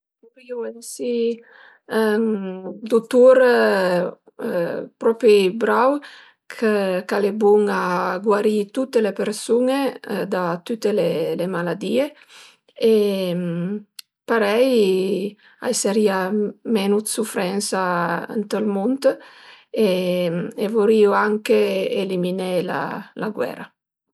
Vurìu esi ën dutur propi brau chë ch'al e bun a guarì tüte le persun-e da tüte le maladìe, parei ai sarìa menu 'd sufrensa ënt ël mund e vurìu anche eliminé la guera